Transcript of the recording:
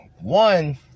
One